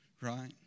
right